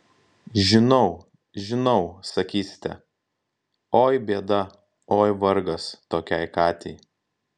žinau žinau sakysite oi bėda oi vargas tokiai katei